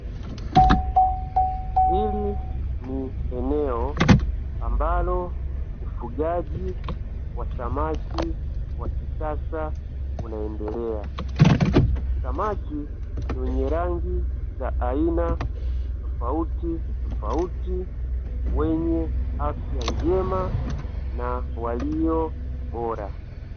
Hili ni eneo ambalo ufugaji wa samaki wa kisasa unaendelea. Samaki wenye rangi za aina tofautitofauti wenye afya njema na walio bora.